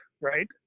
right